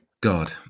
God